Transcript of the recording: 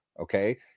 okay